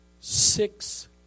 six